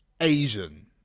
Asian